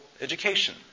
education